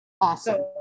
awesome